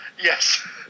Yes